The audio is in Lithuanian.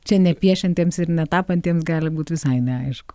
čia ne piešiantiems ir ne tapantiems gali būt visai neaišku